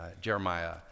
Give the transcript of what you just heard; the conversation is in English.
Jeremiah